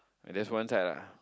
and that's one side lah